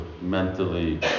mentally